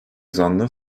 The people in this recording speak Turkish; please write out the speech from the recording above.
zanlı